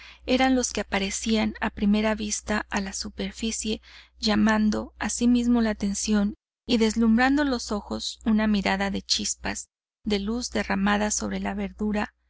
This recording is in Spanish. eran los que aparecían a primera vista a la superficie llamando asimismo la atención y deslumbrando los ojos una mirada de chispas de luz derramadas sobre la verdura